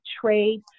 trade